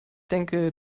denke